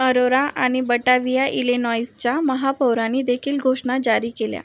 अरोरा आणि बटाव्हिया इलेनॉइसच्या महापौरांनी देखील घोषणा जारी केल्या